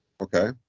Okay